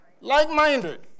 like-minded